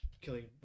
killing